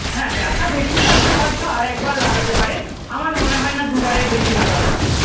হ্যাঁ ব্যথা বেশি থাকলে হয়তো আর একবার লাগাতে পারেন আমার মনে হয় না দু বারের বেশি লাগাতে হবে